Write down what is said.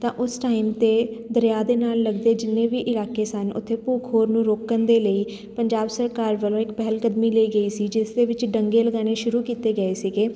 ਤਾਂ ਉਸ ਟਾਈਮ 'ਤੇ ਦਰਿਆ ਦੇ ਨਾਲ ਲੱਗਦੇ ਜਿੰਨੇ ਵੀ ਇਲਾਕੇ ਸਨ ਉੱਥੇ ਭੂ ਖੋਰ ਨੂੰ ਰੋਕਣ ਦੇ ਲਈ ਪੰਜਾਬ ਸਰਕਾਰ ਵੱਲੋਂ ਇੱਕ ਪਹਿਲਕਦਮੀ ਲਈ ਗਈ ਸੀ ਜਿਸ ਦੇ ਵਿੱਚ ਡੰਗੇ ਲਗਾਉਣੇ ਸ਼ੁਰੂ ਕੀਤੇ ਗਏ ਸੀਗੇ